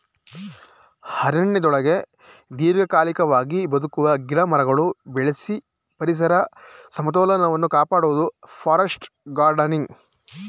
ಅರಣ್ಯದೊಳಗೆ ದೀರ್ಘಕಾಲಿಕವಾಗಿ ಬದುಕುವ ಗಿಡಮರಗಳು ಬೆಳೆಸಿ ಪರಿಸರ ಸಮತೋಲನವನ್ನು ಕಾಪಾಡುವುದು ಫಾರೆಸ್ಟ್ ಗಾರ್ಡನಿಂಗ್